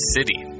City